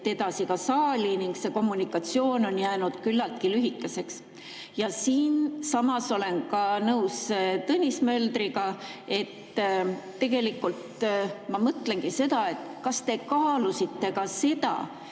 edasi ka saali ning see kommunikatsioon on jäänud küllaltki lühikeseks. Ja samas olen ka nõus Tõnis Möldriga. Tegelikult ma mõtlengi, kas te kaalusite seda,